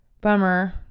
bummer